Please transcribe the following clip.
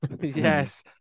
yes